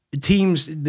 Teams